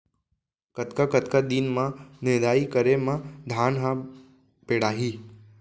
कतका कतका दिन म निदाई करे म धान ह पेड़ाही?